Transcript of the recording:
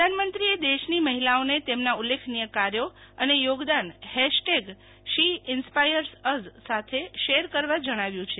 પ્રધાનમંત્રીએ દેશની મહિલાઓને તેમના ઉલ્લેખનીય કાર્યો અને યોગદાન હેશટેગ શી ઇન્સપાયર્સઅસ સાથે શેર કરવા જણાવ્યુ છે